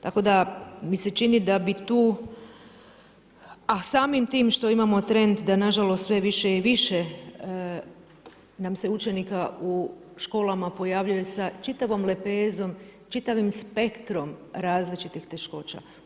Tako da mi se čini da bi tu, a samim tim što imamo trend da nažalost sve više i više nam se učenika u školama pojavljuju sa čitavom lepezom, čitavim spektrom različitih teškoća.